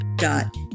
dot